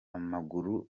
amaguru